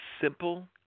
simple